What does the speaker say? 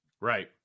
right